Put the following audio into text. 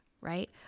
right